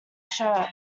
shirt